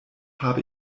habe